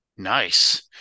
Nice